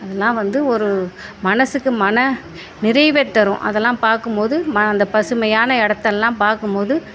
அதெல்லாம் வந்து ஒரு மனசுக்கு மன நிறைவைத் தரும் அதெல்லாம் பார்க்கும் போது அந்த பசுமையான இடத்த எல்லாம் பார்க்கும் போது